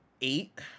eight